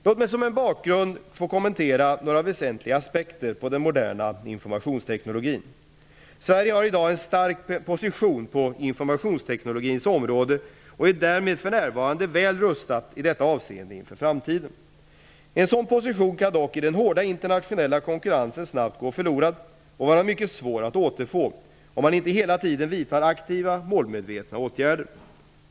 Låt mig som en bakgrund kommentera några väsentliga aspekter på den moderna informationsteknologin. Sverige har i dag en stark position på informationsteknologins område och är därmed för närvarande väl rustat i detta avseende inför framtiden. En sådan position kan dock i den hårda internationella konkurrensen snabbt gå förlorad, och vara mycket svår att återfå, om man inte hela tiden vidtar aktiva, målmedvetna åtgärder.